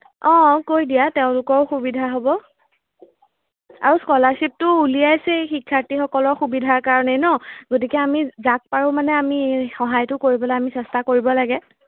অঁ কৈ দিয়া তেওঁলোকৰ সুবিধা হ'ব আৰু স্কলাৰশ্বিপটো উলিয়াইছেই শিক্ষাৰ্থীসকলৰ সুবিধাৰ কাৰণেই ন গতিকে আমি যাক পাৰোঁ মানে আমি সহায়টো কৰিবলৈ আমি চেষ্টা কৰিব লাগে